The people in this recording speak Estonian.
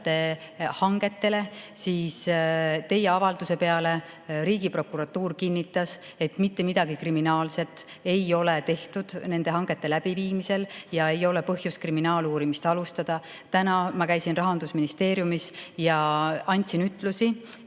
hangetele, siis teie avalduse peale Riigiprokuratuur kinnitas, et mitte midagi kriminaalset ei ole nende hangete läbiviimisel tehtud ja ei ole põhjust kriminaaluurimist alustada. Täna ma käisin Rahandusministeeriumis ja andsin ütlusi